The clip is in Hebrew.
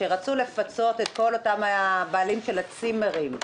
כאשר רצו לפצות את בעלי הצימרים.